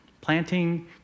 planting